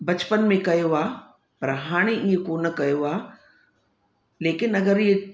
बचपन में कयो आहे पर हाणे ईअं कोन कयो आहे लेकिन अगरि हीउ